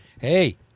hey